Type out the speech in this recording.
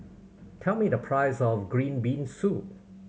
tell me the price of green bean soup